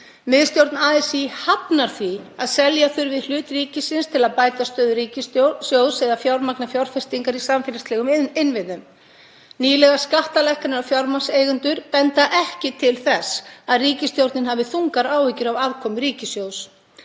„Miðstjórn ASÍ hafnar því að selja þurfi hlut ríkisins til að bæta stöðu ríkissjóðs eða fjármagna fjárfestingar í samfélagslegum innviðum. Nýlegar skattalækkanir á fjármagnseigendur benda ekki til þess að ríkisstjórnin hafi þungar áhyggjur af afkomu ríkissjóðs.